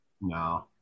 no